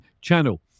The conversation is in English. channel